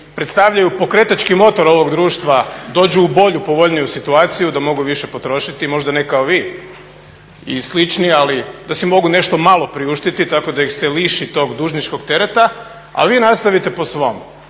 predstavljaju pokretački motor ovog društva dođu u bolju, povoljniju situaciju da mogu više potrošiti. Možda ne kao vi i slični, ali da si mogu nešto malo priuštiti tako da ih se liši tog dužničkog tereta. A vi nastavite po svom.